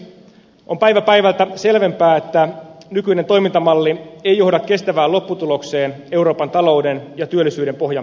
on päivä päivältä selvempää että nykyinen toimintamalli ei johda kestävään lopputulokseen euroopan talouden ja työllisyyden pohjan pelastamiseksi